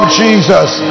jesus